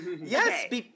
yes